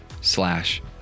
slash